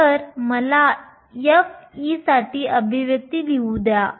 तर मला f साठी अभिव्यक्ती लिहू द्या